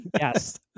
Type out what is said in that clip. Yes